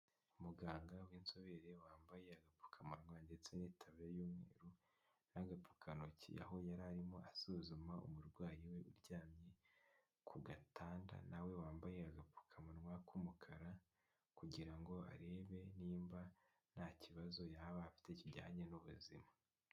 Umuganga w'inzobere wambaye agapfukamannwa ndetse n'itaburiya y'umweru n'agapfukantoki aho yari arimo asuzuma umurwayi we uryamye ku gatanda nawe wambaye agapfukamunwa k'umukara kugira ngo arebe nimba nta kibazo yaba afite kijyanye n'ubuzima.